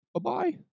Bye-bye